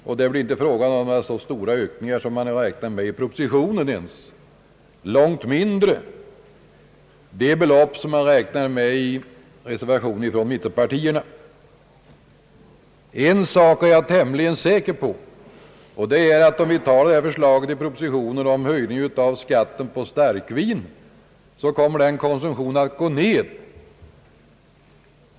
Då blir det inte ens så stora ökningar som man räknar med i propositionen, långt mindre de belopp man räknar med i reservationen från mittenpartierna. En sak är jag tämligen säker på. Om vi tar förslaget i propositionen om höjning av skatten på starkvin kommer den konsumtionen att gå ned.